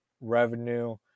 revenue